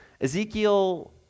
Ezekiel